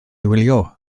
wylio